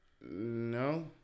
no